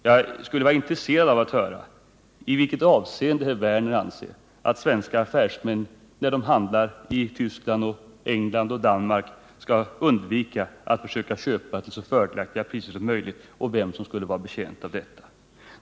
Jag tycker att det vore intressant att höra i vilket avseende herr Werner anser att svenska affärsmän, när de handlar i Tyskland och England och Danmark, skall undvika att försöka köpa till så fördelaktiga priser som möjligt och vem som skulle vara betjänt av detta.